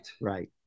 Right